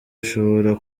ishobore